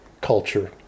culture